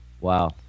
Wow